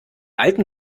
alten